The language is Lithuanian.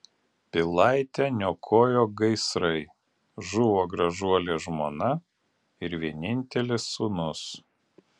pilaitę niokojo gaisrai žuvo gražuolė žmona ir vienintelis sūnus